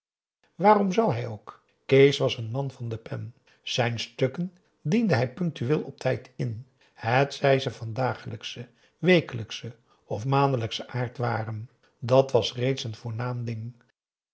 waarom zou hij ook kees was een man van de pen zijn stukken diende hij punctueel op tijd in hetzij ze van dagelijkschen wekelijkschen of maandelijkschen aard waren dàt was reeds een voornaam ding